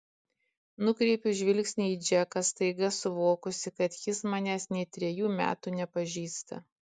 nukreipiu žvilgsnį į džeką staiga suvokusi kad jis manęs nė trejų metų nepažįsta